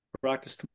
Practice